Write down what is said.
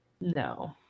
no